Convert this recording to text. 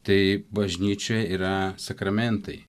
tai bažnyčioje yra sakramentai